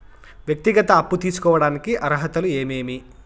వ్యక్తిగత అప్పు తీసుకోడానికి అర్హతలు ఏమేమి